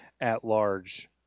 at-large